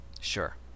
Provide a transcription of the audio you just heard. Sure